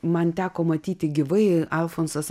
man teko matyti gyvai alfonsas